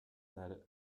said